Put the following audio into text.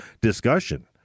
discussion